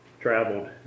traveled